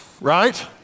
right